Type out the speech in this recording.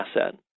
asset